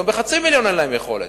גם בחצי מיליון אין להם יכולת.